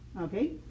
okay